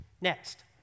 Next